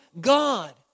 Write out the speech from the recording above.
God